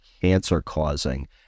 cancer-causing